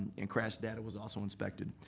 and crash data was also inspected.